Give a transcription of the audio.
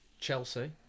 Chelsea